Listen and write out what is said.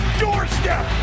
doorstep